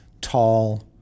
tall